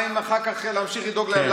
מה עם להמשיך לדאוג להם אחר כך?